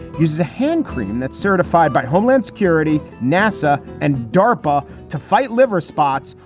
uses a hand cream that's certified by homeland security, nasa and darpa to fight liver spots.